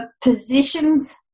positions